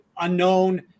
unknown